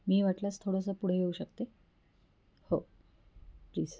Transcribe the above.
मी वाटल्यास थोडंसं पुढे येऊ शकते हो प्लीज